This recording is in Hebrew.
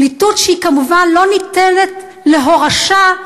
פליטות שכמובן לא ניתנת להורשה,